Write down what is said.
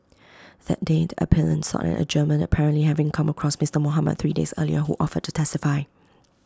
that day the appellant sought an adjournment apparently having come across Mister Mohamed three days earlier who offered to testify